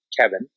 Kevin